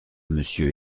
monsieur